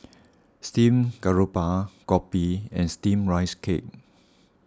Steamed Garoupa Kopi and Steamed Rice Cake